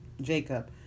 Jacob